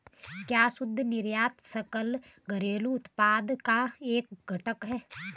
क्या शुद्ध निर्यात सकल घरेलू उत्पाद का एक घटक है?